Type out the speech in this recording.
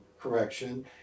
correction